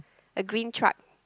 a green truck